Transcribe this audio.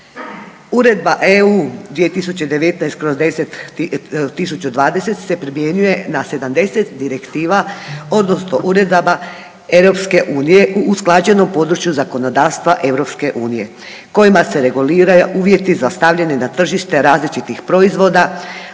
Ureda EU 2019/1020 se primjenjuje na 70 direktiva odnosno uredaba EU u usklađenom području zakonodavstva EU kojima se regulira uvjeti za stavljanje na tržište različitih proizvoda,